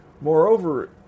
moreover